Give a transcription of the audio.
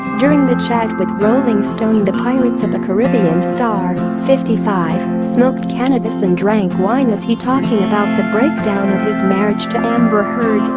during the chat with rolling stone, the the pirates of the caribbean star, fifty five, smoked cannabis and drank wine as he talking about the breakdown of his marriage to amber heard,